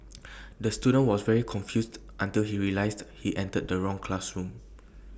the student was very confused until he realised he entered the wrong classroom